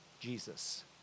Jesus